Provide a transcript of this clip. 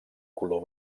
color